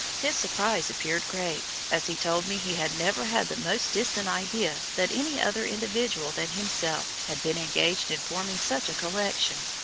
his surprise appeared great, as he told me he had never had the most distant idea that any other individual than himself had been engaged in forming such a collection.